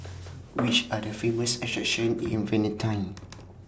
Which Are The Famous attractions in Vientiane